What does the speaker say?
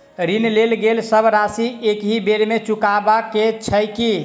ऋण लेल गेल सब राशि एकहि बेर मे चुकाबऽ केँ छै की?